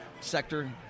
sector